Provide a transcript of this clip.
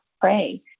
pray